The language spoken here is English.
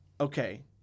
okay